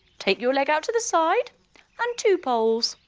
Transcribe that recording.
take your leg out to the side and two poles.